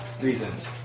reasons